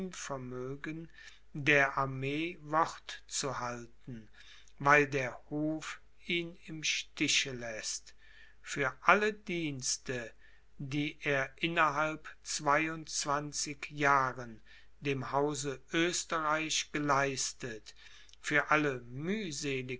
der armee wort zu halten weil der hof ihn im stiche läßt für alle dienste die er innerhalb zweiundzwanzig jahren dem hause oesterreich geleistet für alle